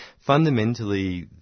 fundamentally